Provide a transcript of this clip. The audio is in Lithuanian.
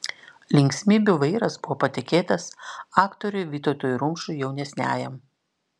linksmybių vairas buvo patikėtas aktoriui vytautui rumšui jaunesniajam